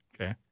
Okay